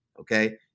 okay